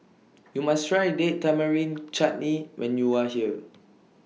YOU must Try Date Tamarind Chutney when YOU Are here